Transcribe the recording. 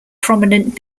prominent